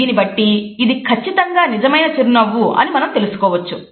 దీనిబట్టి ఇది ఖచ్చితంగా నిజమైన చిరునవ్వు అని మనం తెలుసుకోవచ్చు